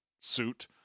suit